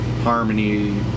Harmony